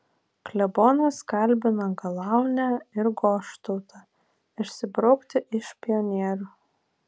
klebonas kalbina galaunę ir goštautą išsibraukti iš pionierių